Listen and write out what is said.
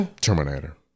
Terminator